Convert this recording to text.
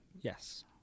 Yes